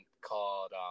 called –